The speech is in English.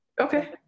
Okay